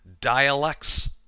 dialects